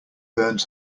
burns